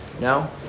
no